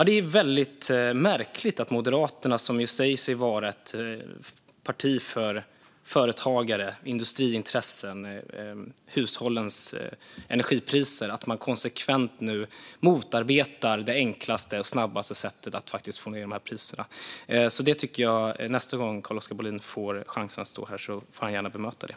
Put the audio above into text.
Det är väldigt märkligt att Moderaterna, som säger sig vara ett parti för företagare, industriintressen och hushållens energipriser, nu konsekvent motarbetar det enklaste och snabbaste sättet att få ned priserna. Nästa gång Carl-Oskar Bohlin får chansen att stå här får han gärna bemöta det.